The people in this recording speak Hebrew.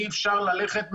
אי-אפשר ללכת מעליו.